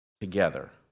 together